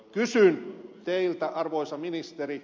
kysyn teiltä arvoisa ministeri